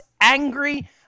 angry